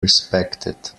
respected